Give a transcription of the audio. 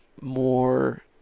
more